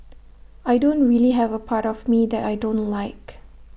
I don't really have A part of me that I don't like